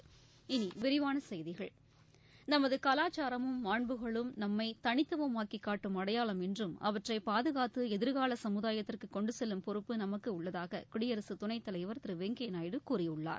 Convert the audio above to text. இனி விரிவான செய்திகள் நமது கலாச்சாரமும் மாண்புகளும் நம்மை தனித்துவமாக்கி காட்டும் அடையாளம் என்றும் அவற்றை பாதுகாத்து எதிர்கால சமுதாயத்திற்கு கொண்டு செல்லும் பொறுப்பு நமக்கு உள்ளதாக குடியரசுத் துணைத் தலைவர் திரு வெங்கய்யா நாயுடு கூறியுள்ளார்